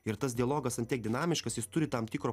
ir tas dialogas an tiek dinamiškas jis turi tam tikro